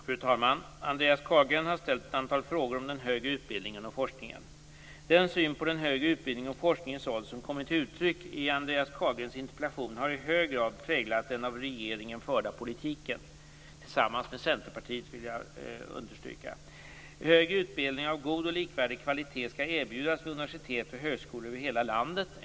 Fru talman! Andreas Carlgren har ställt ett antal frågor om den högre utbildningen och forskningen. Den syn på den högre utbildningens och forskningens roll som kommer till uttryck i Andreas Carlgrens interpellation har i hög grad präglat den av regeringen förda politiken. Jag vill understryka att det har skett tillsammans med Centerpartiet. Högre utbildning av god och likvärdig kvalitet skall erbjudas vid universitet och högskolor över hela landet.